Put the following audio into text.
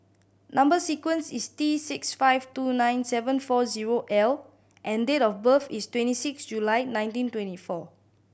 number sequence is T six five two nine seven four zero L and date of birth is twenty six July nineteen twenty four